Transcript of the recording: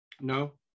No